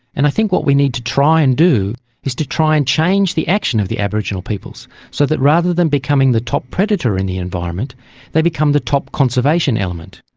and i think what we need to try and do is to try and change the action of the aboriginal peoples so that rather than becoming the top predator in the environment they become the top conservation element.